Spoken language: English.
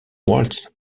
walt